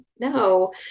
no